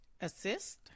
Assist